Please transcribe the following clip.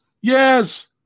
Yes